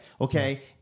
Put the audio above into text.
okay